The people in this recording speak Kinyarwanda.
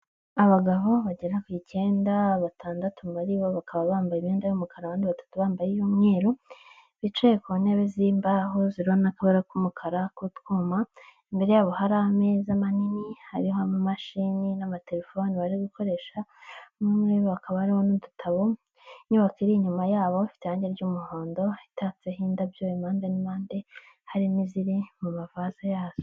Abagabo bagera ku icyenda batandatu muri bo bakaba bambaye imyenda y'umukara, abandi batatu bambaye iy'umweru bicaye ku ntebe z'imbaho ziriho n'akabara k'umukara k'utwuma, imbere yabo hari ameza manini, hariho amamashini n'amatelefoni bari gukoresha, bamwe muri bo hakaba hariho n'udutabo, inyubako iri inyuma yabo bafite irange ry'umuhondo itatseho indabyo impande n'impande, hari n'iziri mu mavaze yazo.